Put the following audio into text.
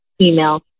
email